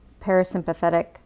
parasympathetic